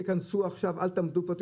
אל תעמדו פה,